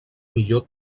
millor